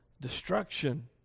destruction